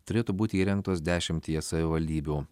turėtų būti įrengtos dešimtyje savivaldybių